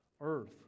earth